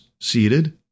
seated